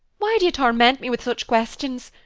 why do you torment me with such questions?